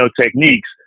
techniques